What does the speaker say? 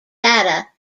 data